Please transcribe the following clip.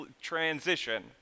transition